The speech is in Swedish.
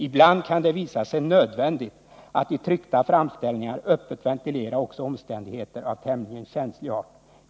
Ibland kan det visa sig nödvändigt att i tryckta framställningar öppet ventilera också omständigheter av tämligen känslig art.